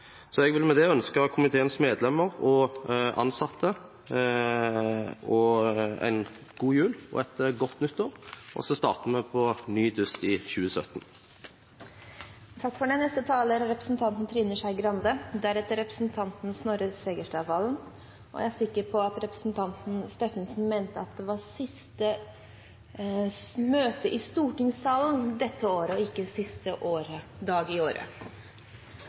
Jeg vil med det ønske komiteens medlemmer og ansatte en god jul og et godt nytt år, og så møtes vi til ny dyst i 2017. Jeg er sikker på at representanten Steffensen mente at det var siste møte i stortingssalen dette året – og ikke siste dag i året.